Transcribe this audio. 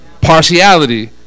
partiality